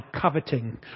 coveting